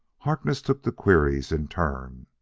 harkness took the queries in turn.